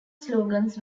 slogans